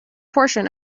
portion